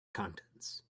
contents